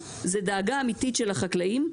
זו דאגה אמיתית של החקלאים.